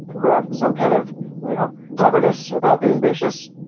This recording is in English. who have some kind of you know cleverness about being vicious,